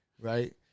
right